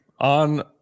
on